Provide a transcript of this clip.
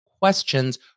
questions